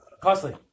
Costly